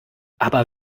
aber